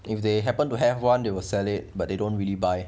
if they happen to have one they will sell it but they don't really buy